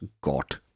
got